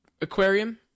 aquarium